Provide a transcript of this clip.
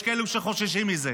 יש כאלו שחוששים מזה.